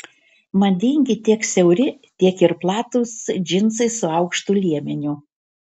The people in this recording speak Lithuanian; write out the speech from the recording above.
madingi tiek siauri tiek ir platūs džinsai su aukštu liemeniu